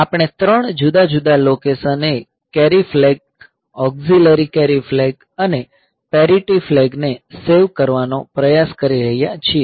આપણે 3 જુદા જુદા લોકેશન એ carry flag auxiliary carry flag અને પેરિટી ફ્લેગ ને સેવ કરવાનો પ્રયાસ કરી રહ્યા છીએ